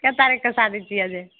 कए तारीखके शादी छियै